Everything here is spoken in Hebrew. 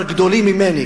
אבל גדולים ממני